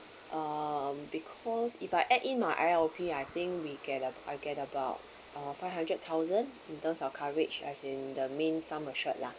um because if I add in my I_L_P I think we get a~ I get about uh five hundred thousand in terms of coverage as in the main some matured lah